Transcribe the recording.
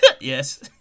Yes